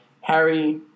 Harry